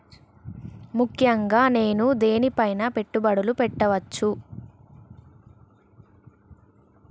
ముఖ్యంగా నేను దేని పైనా పెట్టుబడులు పెట్టవచ్చు?